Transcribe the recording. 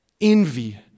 envy